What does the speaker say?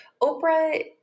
Oprah